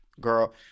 Girl